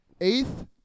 Eighth